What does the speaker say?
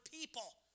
people